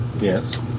Yes